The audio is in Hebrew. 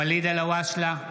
נוכח ולא אומר את